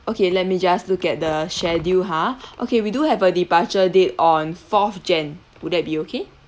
okay let me just look at the schedule !huh! okay we do have a departure date on fourth jan would that be okay